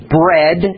bread